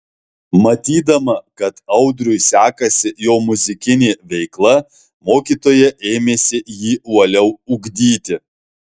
matydama kad audriui sekasi jo muzikinė veikla mokytoja ėmėsi jį uoliau ugdyti